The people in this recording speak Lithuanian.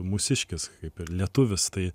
mūsiškis kaip ir lietuvis tai